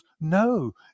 no